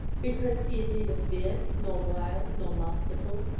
because he is neither fierce nor wild nor masterful!